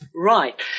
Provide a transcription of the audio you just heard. Right